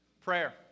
prayer